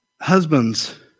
husbands